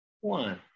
One